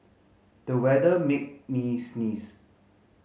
the weather made me sneeze